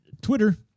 Twitter